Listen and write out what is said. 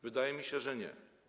Wydaje mi się, że nie.